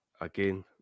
again